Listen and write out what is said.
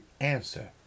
answer